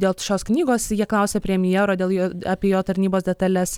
dėl šios knygos jie klausė premjero dėl jo apie jo tarnybos detales